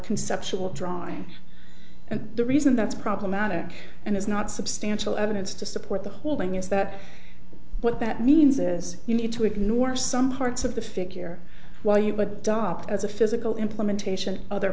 conceptual drawing and the reason that's problematic and is not substantial evidence to support the whole thing is that what that means is you need to ignore some parts of the figure while you but dark as a physical implementation other